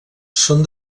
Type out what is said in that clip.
són